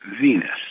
Venus